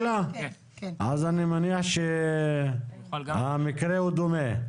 אז אני מניח שהמקרה דומה.